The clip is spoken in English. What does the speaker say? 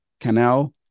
canal